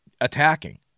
attacking